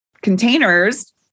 containers